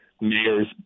mayors